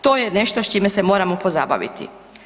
To je nešto s čime se moramo pozabaviti.